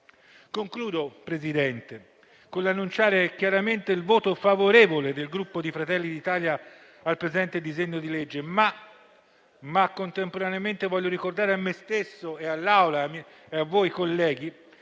Concludo, Presidente, annunciando chiaramente il voto favorevole del Gruppo Fratelli d'Italia sul presente disegno di legge. Contemporaneamente voglio ricordare a me stesso e a voi, colleghi,